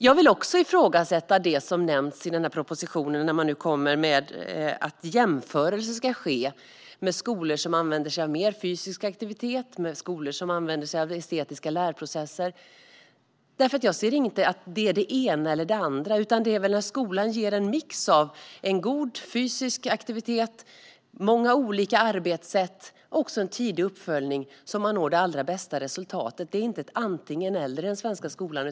Jag vill ifrågasätta det som har nämnts i propositionen om jämförelser med skolor som använder sig av mer fysisk aktivitet eller estetiska lärprocesser. Det ska inte vara det ena eller det andra. Det är när skolan ger en mix av god fysisk aktivitet, många olika arbetssätt och tidig uppföljning som man kan nå det allra bästa resultatet. Det ska inte vara ett antingen eller i den svenska skolan.